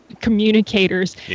communicators